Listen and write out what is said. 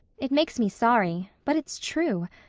it makes me sorry but it's true.